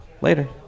Later